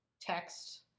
text